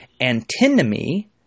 antinomy